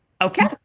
okay